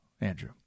Andrew